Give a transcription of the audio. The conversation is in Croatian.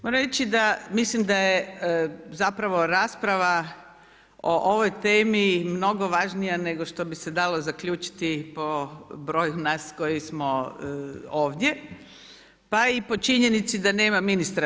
Moram reći mislim da je zapravo rasprava o ovoj temi mnogo važnija nego što bi se dalo zaključiti po broju nas koji smo ovdje pa i po činjenici da nema ministra.